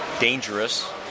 dangerous